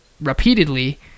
repeatedly